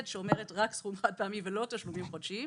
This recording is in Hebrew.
שאומרת רק סכום חד-פעמי ולא תשלומים חודשיים.